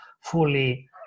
fully